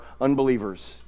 unbelievers